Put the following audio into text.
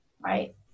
Right